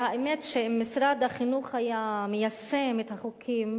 והאמת, שאם משרד החינוך היה מיישם את החוקים,